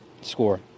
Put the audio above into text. score